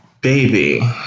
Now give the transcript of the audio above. baby